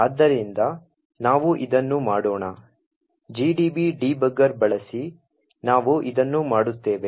ಆದ್ದರಿಂದ ನಾವು ಇದನ್ನು ಮಾಡೋಣ GDB ಡೀಬಗ್ಗರ್ ಬಳಸಿ ನಾವು ಇದನ್ನು ಮಾಡುತ್ತೇವೆ